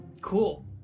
Cool